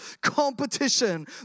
competition